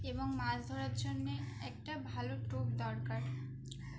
এবং মাছ ধরার জন্যে একটা ভালো টোপ দরকার